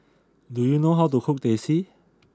do you know how to cook Teh C